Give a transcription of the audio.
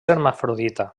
hermafrodita